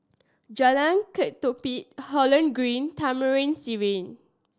Jalan Ketumbit Holland Green Taman Sireh